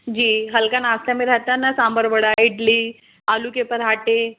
जी हल्का नाश्ता में रहता है ना सांभर वड़ा इडली आलू के पराठें